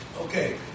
Okay